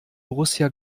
borussia